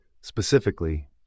Specifically